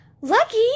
Lucky